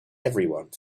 everyone